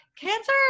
cancer